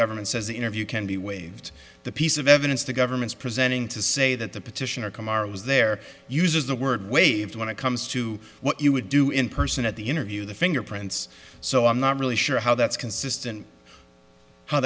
government says the interview can be waived the piece of evidence the government's presenting to say that the petitioner kamar was there uses the word waived when it comes to what you would do in person at the interview the fingerprints so i'm not really sure how that's consistent how